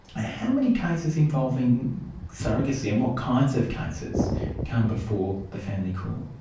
ah how many cases involving surrogacy and what kinds of cases come before the family court?